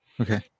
Okay